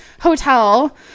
hotel